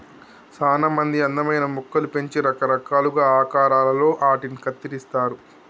సానా మంది అందమైన మొక్కలు పెంచి రకరకాలుగా ఆకారాలలో ఆటిని కత్తిరిస్తారు